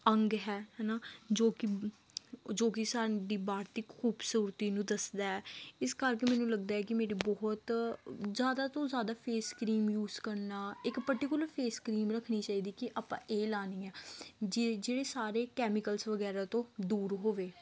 ਅੰਗ ਹੈ ਹੈ ਨਾ ਜੋ ਕਿ ਜੋ ਕਿ ਸਾਡੀ ਬਾਹਰ ਦੀ ਖੂਬਸੂਰਤੀ ਨੂੰ ਦੱਸਦਾ ਇਸ ਕਰਕੇ ਮੈਨੂੰ ਲੱਗਦਾ ਕਿ ਮੇਰੇ ਬਹੁਤ ਜ਼ਿਆਦਾ ਤੋਂ ਜ਼ਿਆਦਾ ਫੇਸ ਕਰੀਮ ਯੂਜ ਕਰਨਾ ਇੱਕ ਪਰਟੀਕੁਲਰ ਫੇਸ ਕਰੀਮ ਰੱਖਣੀ ਚਾਹੀਦੀ ਕਿ ਆਪਾਂ ਇਹ ਲਾਉਣੀ ਆ ਜੇ ਜਿਹੜੇ ਸਾਰੇ ਕੈਮੀਕਲਜ ਵਗੈਰਾ ਤੋਂ ਦੂਰ ਹੋਵੇ